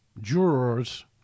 jurors